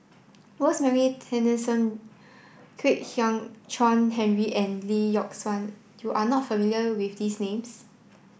Rosemary Tessensohn Kwek Hian Chuan Henry and Lee Yock Suan you are not familiar with these names